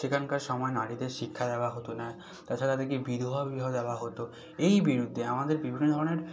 সেখানকার সময় নারীদের শিক্ষা দেওয়া হতো না তাছাড়া তাদেরকে বিধবা বিবাহ দেওয়া হতো এই বিরুদ্ধে আমাদের বিভিন্ন ধরনের